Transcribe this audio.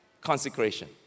consecration